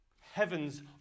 Heavens